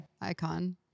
icon